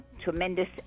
tremendous